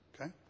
okay